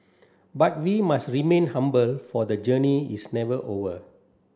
but we must remain humble for the journey is never over